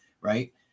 right